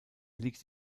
liegt